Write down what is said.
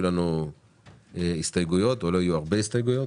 לנו הסתייגויות או לא יהיו הרבה הסתייגויות,